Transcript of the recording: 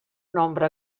nombre